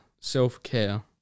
self-care